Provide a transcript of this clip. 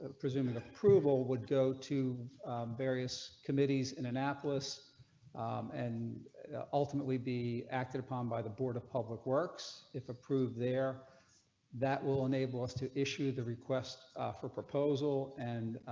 ah presuming approval would go to various committees in annapolis and ultimately be acted upon by the board of public works if approved there that will enable us to issue the request for proposal and.